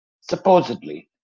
supposedly